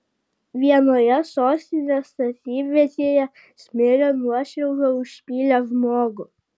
vienoje sostinės statybvietėje smėlio nuošliauža užpylė žmogų